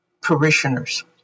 parishioners